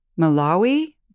Malawi